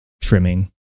trimming